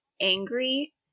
angry